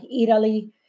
Italy